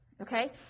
okay